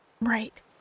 Right